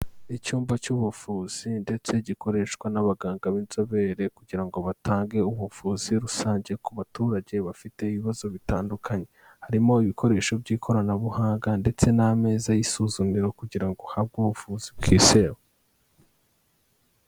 Icyumba cy'ubuvuzi ndetse gikoreshwa n'abaganga b'inzobere kugira ngo batange ubuvuzi rusange ku baturage bafite ibibazo bitandukanye. Harimo ibikoresho by'ikoranabuhanga ndetse n'ameza y'isuzumiro kugira ngo uhabwe ubuvuzi bwizewe.